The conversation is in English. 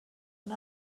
and